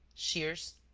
shears,